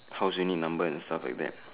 house unit number and stuff like that